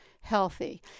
healthy